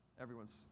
Everyone's